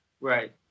Right